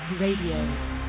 Radio